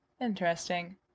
Interesting